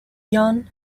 yan